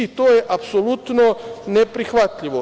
To je apsolutno neprihvatljivo.